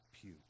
pew